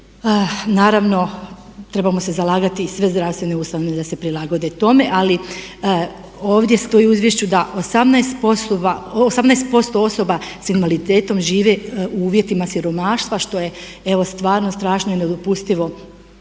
Naravno trebamo se zalagati i sve zdravstvene ustanove da se prilagode tome ali ovdje stoji u izvješću da 18% osoba s invaliditetom žive u uvjetima siromaštva što je evo stvarno strašno i nedopustivo u ovo